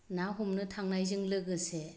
ना हमनो थांनायजों लोगोसे